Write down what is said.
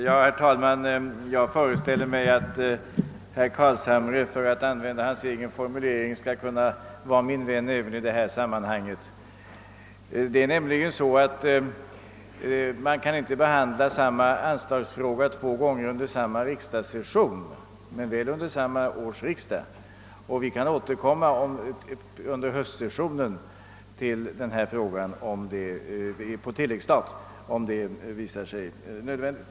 Herr talman! Jag föreställer mig att herr Carlshamre även i detta sammanhang skall kunna vara min vän — för att här använda hans egen formulering. Man kan nämligen inte behandla samma anslagsfråga två gånger under samma riksdagssession, men väl under samma års riksdag. Vi kan alltså återkomma till denna fråga under höstsessionen när det gäller tilläggsstaten, om detta visar sig nödvändigt.